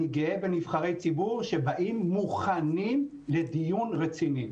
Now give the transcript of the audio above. ואני גאה בנבחרי ציבור שמגיעים מוכנים לדיון רציני.